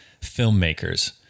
filmmakers